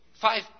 five